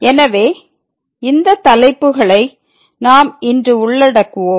எனவே இந்த தலைப்புகளை நாம் இன்று உள்ளடக்குவோம்